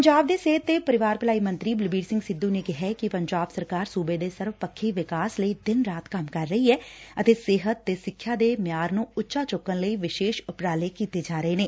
ਪੰਜਾਬ ਦੇ ਸਿਹਤ ਤੇ ਪਰਿਵਾਰ ਭਲਾਈ ਮੰਤਰੀ ਬਲਬੀਰ ਸਿੰਘ ਸਿੱਧੁ ਨੇ ਕਿਹਾ ਕਿ ਪੰਜਾਬ ਸਰਕਾਰ ਸੁਬੇ ਦੇ ਸਰਬਪੱਖੀ ਵਿਕਾਸ ਲਈ ਦਿਨ ਰਾਤ ਕੰਮ ਕਰ ਰਹੀ ਏ ਡੇ ਸਿਹਤ ਅਤੇ ਸਿੱਖਿਆ ਦੇ ਮਿਆਰ ਨੂੰ ਉੱਚਾ ਚੁੱਕਣ ਲਈ ਵਿਸ਼ੇਸ਼ ਉਪਰਾਲੇ ਕੀਤੇ ਜਾ ਰਹੇ ਨੇ